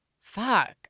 fuck